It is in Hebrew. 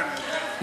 אני יודע, אני יודע.